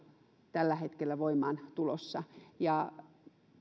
tällä hetkellä voimaan tulossa